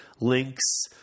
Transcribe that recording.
links